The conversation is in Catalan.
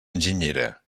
enginyera